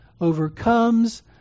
overcomes